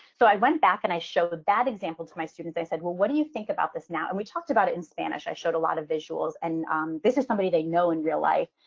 so i went back and i showed a bad example to my students. they said, well, what do you think about this now? and we talked about it in spanish. i showed a lot of visuals. and this is somebody they know in real life.